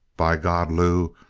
by god, lew,